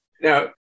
Now